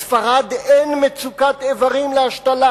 בספרד אין מצוקת איברים להשתלה,